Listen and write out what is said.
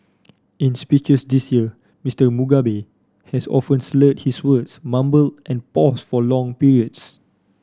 in speeches this year Mister Mugabe has often slurred his words mumbled and paused for long periods